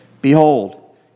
Behold